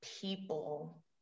people